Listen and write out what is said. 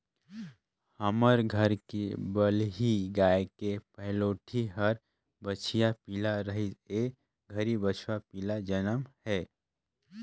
हमर घर के बलही गाय के पहलोठि हर बछिया पिला रहिस ए घरी बछवा पिला जनम हे